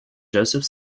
joseph